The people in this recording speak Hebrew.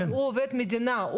אבל הוא עובד מדינה,